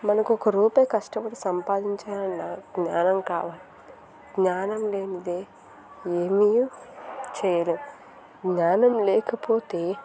మనకు ఒక రూపాయి కష్టపడి సంపాదించాలన్నా జ్ఞానం కావాలి జ్ఞానం లేనిదే ఏమియు చేయలేం జ్ఞానం లేకపోతే